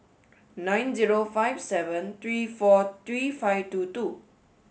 nine zero five seven three four three five two two